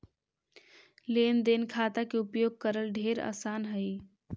लेन देन खाता के उपयोग करल ढेर आसान हई